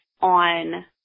on